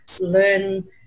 learn